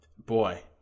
Boy